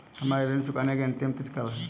हमारी ऋण चुकाने की अंतिम तिथि कब है?